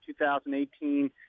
2018